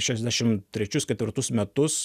šešiasdešim trečius ketvirtus metus